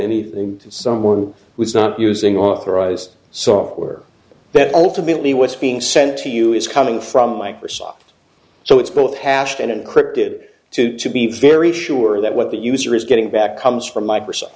anything to someone who's not using authorized software that ultimately what's being sent to you is coming from microsoft so it's both hashed and encrypted to be very sure that what the user is getting back comes from microsoft